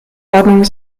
ordnung